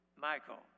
Michael